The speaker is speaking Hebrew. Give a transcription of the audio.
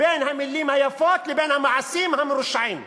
בין המילים היפות לבין המעשים המרושעים.